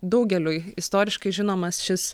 daugeliui istoriškai žinomas šis